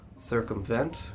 circumvent